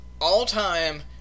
all-time